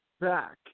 back